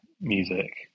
music